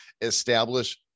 establish